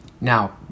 Now